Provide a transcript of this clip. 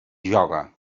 ioga